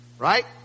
Right